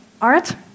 art